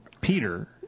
Peter